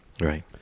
right